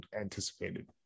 anticipated